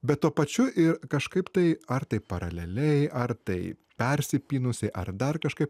bet tuo pačiu ir kažkaip tai ar taip paraleliai ar tai persipynusiai ar dar kažkaip